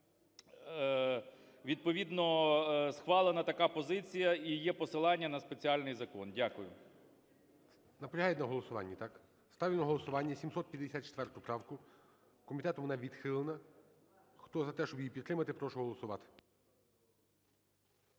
відповідно схвалена така позиція, і є посилання на спеціальний закон. Дякую. ГОЛОВУЮЧИЙ. Наполягають на голосуванні, так? Ставлю на голосування 754 правку, комітетом вона відхилена. Хто за те, щоб її підтримати, прошу голосувати.